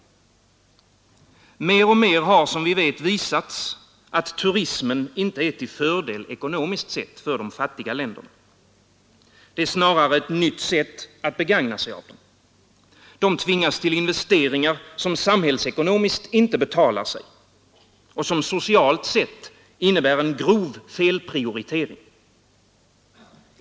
Mer och mer har, som vi vet, visats att turismen inte är till fördel ekonomiskt sett för de fattiga länderna. Den är snarare ett nytt sätt att begagna sig av dem. De tvingas till investeringar som samhällsekonomiskt inte betalar sig och som socialt sett innebär en grov felprioritering.